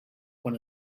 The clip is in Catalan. quan